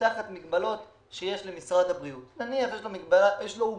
תחת המגבלות שיש למשרד הבריאות יש לו עוגה